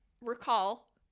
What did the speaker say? recall